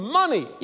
money